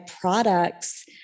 products